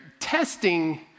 testing